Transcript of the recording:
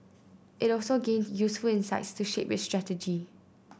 it also gained useful insights to shape its strategy